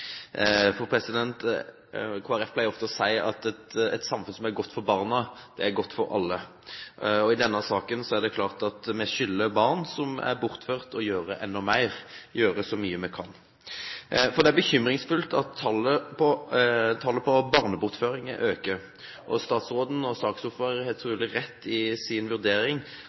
pleier ofte å si at et samfunn som er godt for barna, er godt for alle, og i denne saken er det klart at vi skylder barn som er bortført, å gjøre enda mer – gjøre så mye vi kan. Det er bekymringsfullt at tallet på barnebortføringer øker. Statsråden og saksordføreren har trolig rett i sin vurdering